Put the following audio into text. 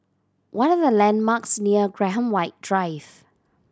what are the landmarks near Graham White Drive